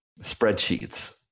Spreadsheets